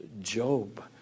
Job